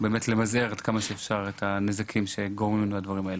למזער עד כמה שאפשר את הנזקים שגורמים לנו הדברים האלו.